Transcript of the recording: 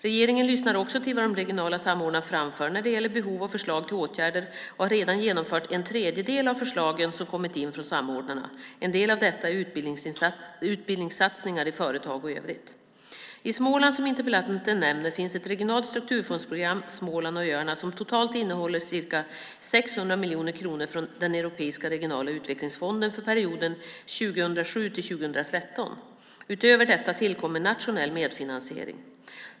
Regeringen lyssnar också till vad de regionala samordnarna framför när det gäller behov och förslag till åtgärder, och har redan genomfört en tredjedel av förslagen som kommit in från samordnarna. En del av detta är utbildningssatsningar i företag och i övrigt. I Småland, som interpellanten nämner, finns ett regionalt strukturfondsprogram, Småland och öarna, som totalt innehåller ca 600 miljoner kronor från Europeiska regionala utvecklingsfonden för perioden 2007-2013. Utöver detta tillkommer nationell medfinansiering.